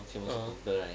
uh